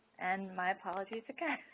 and my apologies again.